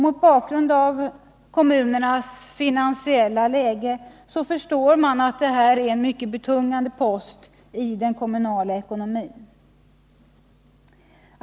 Mot bakgrund av kommunernas finansiella läge förstår man att detta är en betungande post i den kommunala ekonomin.